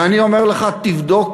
אני אומר לך: תבדוק,